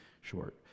short